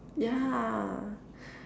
yeah